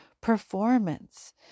performance